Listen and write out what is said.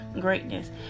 greatness